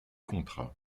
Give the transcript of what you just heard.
contrat